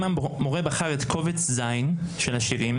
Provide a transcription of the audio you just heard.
אם המורה בחר את קובץ ז' של השירים